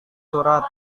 surat